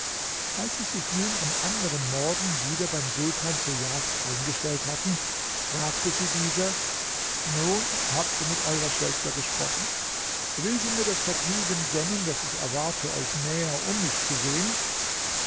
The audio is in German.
als sie sich nun am anderen morgen wieder beim sultan zur jagd eingestellt hatten fragte sie dieser nun habt ihr mit eurer schwester gesprochen will sie mir das vergnügen gönnen das ich erwarte euch näher um mich zu sehen